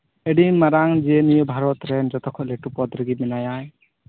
ᱟᱹᱰᱤ ᱢᱟᱨᱟᱝ ᱱᱤᱭᱟᱹ ᱡᱮ ᱵᱷᱟᱨᱚᱛ ᱨᱮᱱ ᱡᱚᱛᱚ ᱠᱷᱚᱡ ᱞᱟᱹᱴᱩ ᱯᱚᱫᱽ ᱨᱮᱜᱮ ᱢᱮᱱᱟᱭᱟ